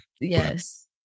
Yes